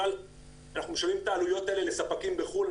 אנחנו משלמים את העלויות האלה לספקים בחו"ל,